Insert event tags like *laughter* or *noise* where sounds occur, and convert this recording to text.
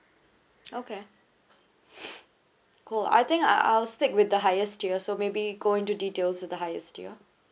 okay *noise* cool I think I I'll stick with the highest tier so maybe go into details with the highest tier